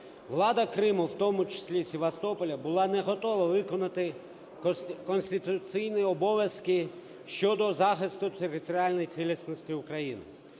Влада Криму, в тому числі Севастополя, була не готова виконати конституційні обов'язки щодо захисту територіальної цілісності України.